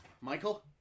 Michael